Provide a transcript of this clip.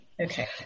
Okay